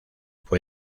fue